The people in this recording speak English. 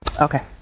Okay